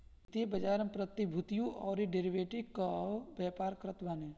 वित्तीय बाजार में प्रतिभूतियों अउरी डेरिवेटिव कअ व्यापार करत बाने